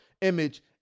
Image